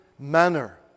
manner